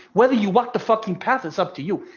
whether you walk the fucking path, it's up to you.